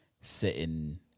sitting